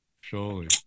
Surely